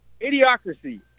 idiocracy